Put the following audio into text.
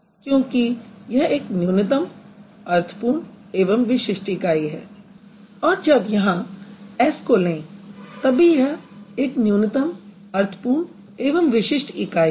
क्योंकि यह एक न्यूनतम अर्थपूर्ण एवं विशिष्ट इकाई है और जब यहाँ s को लें तब भी यह एक न्यूनतम अर्थपूर्ण एवं विशिष्ट इकाई है